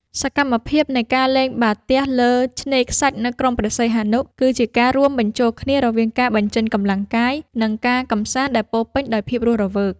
សកម្មភាពនៃការលេងបាល់ទះលើឆ្នេរខ្សាច់នៅក្រុងព្រះសីហនុ គឺជាការរួមបញ្ចូលគ្នារវាងការបញ្ចេញកម្លាំងកាយ និងការកម្សាន្តដែលពោរពេញដោយភាពរស់រវើក។